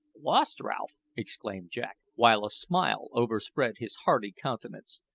lost, ralph! exclaimed jack, while a smile overspread his hearty countenance.